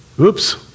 Oops